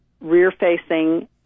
rear-facing